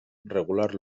regular